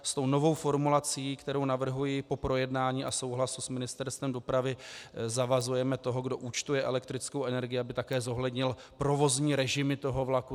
S tou novou formulací, kterou navrhuji po projednání a souhlasu s Ministerstvem dopravy, zavazujeme toho, kdo účtuje elektrickou energii, aby také zohlednil provozní režimy toho vlaku.